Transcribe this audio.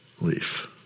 leaf